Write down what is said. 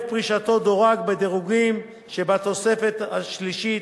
פרישתו דורג בדירוגים שבתוספת השלישית,